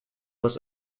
was